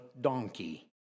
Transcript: donkey